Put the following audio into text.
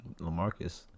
LaMarcus